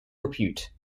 repute